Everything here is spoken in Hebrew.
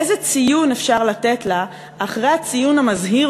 איזה ציון אפשר לתת לה אחרי הציון המזהיר